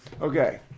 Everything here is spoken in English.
Okay